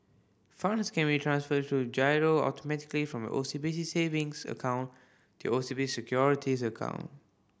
funds can be transferred through giro automatically from O C B C savings account to O C B C Securities account